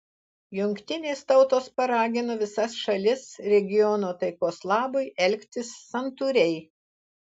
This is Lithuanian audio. jungtinės tautos paragino visas šalis regiono taikos labui elgtis santūriai